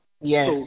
Yes